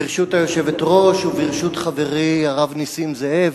ברשות היושבת-ראש וברשות חברי הרב נסים זאב,